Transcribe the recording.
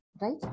right